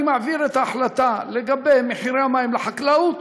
אני מעביר את ההחלטה לגבי מחירי המים לחקלאות